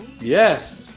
yes